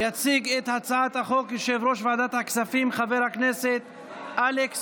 יציג את הצעת החוק יושב-ראש ועדת הכספים חבר הכנסת אלכס